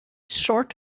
short